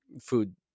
food